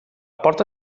porta